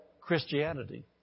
Christianity